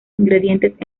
ingredientes